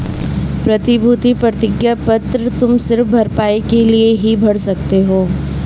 प्रतिभूति प्रतिज्ञा पत्र तुम सिर्फ भरपाई के लिए ही भर सकते हो